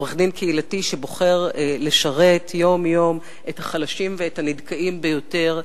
עורך-דין קהילתי שבוחר לשרת יום-יום את החלשים ואת הנדכאים ביותר.